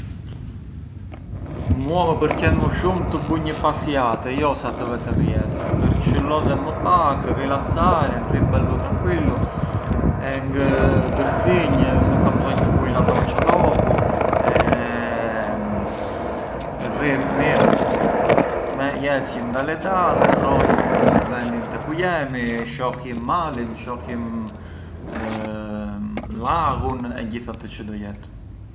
Na pincar u virdhi më vjen ment jardhinet, bari, më vjen ment l’ecologia, më vjen ment per esempiu sprënxa, thuhet se ë kulluri i sprënxës, shumë shurbise.